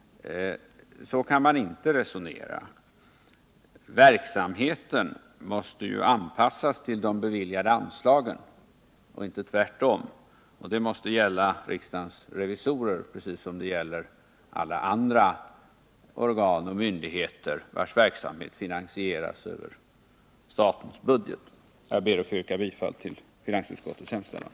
Så kan man inte resonera. Verksamheten måste anpassas till de beviljade anslagen och inte tvärtom. Det måste gälla riksdagens revisorer precis som det gäller alla andra organ och myndigheter vilkas verksamhet finansieras över statens budget. Jag ber att få yrka bifall till finansutskottets hemställan.